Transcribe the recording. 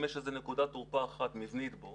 אם יש נקודת תורפה אחת מבנית בו